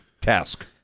task